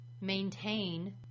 maintain